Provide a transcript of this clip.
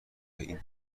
این